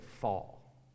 fall